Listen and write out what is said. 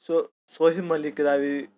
सोहेब मलिक दा बी